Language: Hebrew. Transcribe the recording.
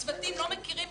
הצוותים לא מכירים,